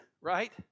right